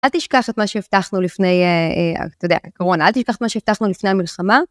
אל תשכח את מה שהבטחנו לפני אה, אה, אתה יודע, הקורונה, אל תשכח את מה שהבטחנו לפני המלחמה.